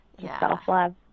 self-love